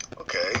Okay